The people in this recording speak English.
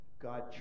God